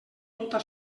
tota